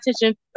attention